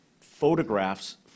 photographs